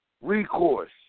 recourse